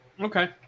Okay